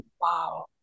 Wow